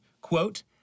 quote